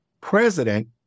president